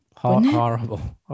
horrible